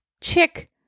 chick